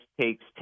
takes